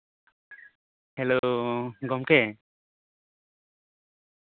hello ᱜᱚᱝᱠᱮ